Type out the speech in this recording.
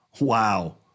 Wow